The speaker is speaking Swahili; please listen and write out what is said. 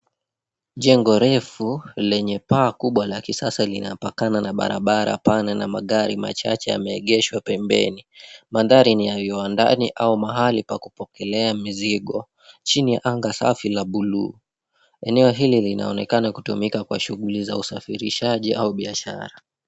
Jengo refu lenye paa kubwa la kisasa linapakana na barabara pana na magari machache yameegeshwa pembeni. Mandhari ni ya viwandani au mahali pa kupokelea mizigo, chini ya anga safi la buluu. Eneo hili linaonekana kutumika kwa shughuli za usafirishaji au biashara.